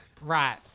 Right